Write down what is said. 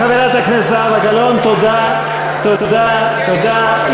חברת הכנסת זהבה גלאון, תודה, תודה, תודה.